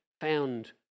found